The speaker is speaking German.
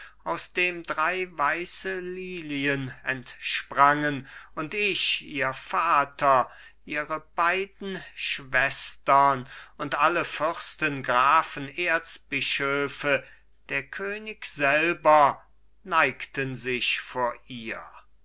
aus dem drei weiße lilien entsprangen und ich ihr vater ihre beiden schwestern und alle fürsten grafen erzbischöfe der könig selber neigten sich vor ihr